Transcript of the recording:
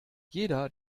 jeder